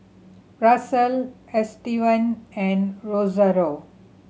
Russel Estevan and Rosario